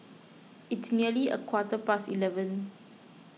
its nearly a quarter past eleven